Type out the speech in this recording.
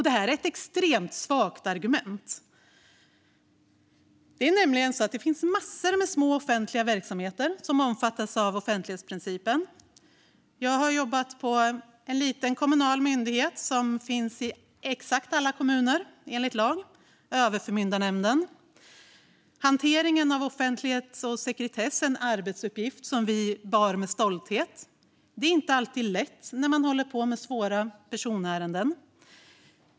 Det är ett extremt svagt argument. Det finns massor av små, offentliga verksamheter som omfattas av offentlighetsprincipen. Jag har jobbat på en liten kommunal myndighet som enligt lag ska finnas i alla kommuner: Överförmyndarnämnden. Hanteringen av offentlighet och sekretess var en arbetsuppgift som vi bar med stolthet. Det är inte alltid lätt när man håller på med svåra personärenden.